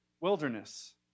wilderness